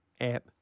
app